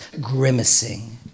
grimacing